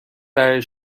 برای